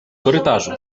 korytarzu